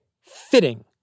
fitting